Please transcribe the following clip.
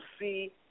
see